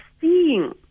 seeing